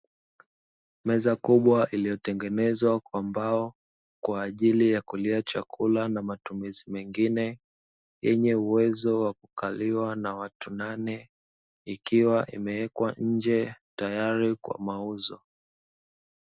Meza kubwa iliyotengenezwa kwa mbao, Kwa ajili ya kulia chakula na matumizi mengine, yenye uwezo wa kukaliwa na watu nane, ikiwa imewekwa nje tayari kwa mauzo.